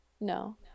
No